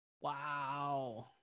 Wow